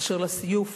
אשר לסיוף,